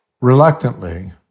Reluctantly